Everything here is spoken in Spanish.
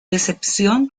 decepción